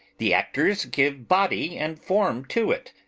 the actors give body and form to it,